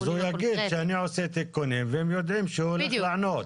אז הוא יגיד שאני עושה תיקונים והם יודעים שהוא הולך לענות.